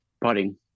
Putting